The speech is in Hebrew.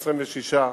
26,